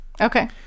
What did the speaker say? Okay